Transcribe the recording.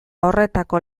horretako